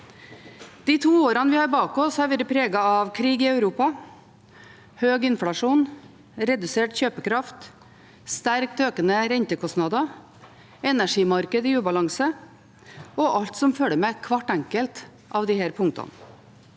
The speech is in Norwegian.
De to årene vi har bak oss, har vært preget av krig i Europa, høy inflasjon, redusert kjøpekraft, sterkt økende rentekostnader, energimarked i ubalanse og alt som følger med hvert enkelt av disse punktene.